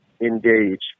engage